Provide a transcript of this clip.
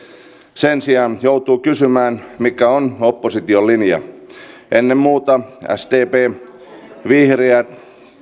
sen sijaan joutuu kysymään mikä on opposition linja ennen muuta sdp vihreät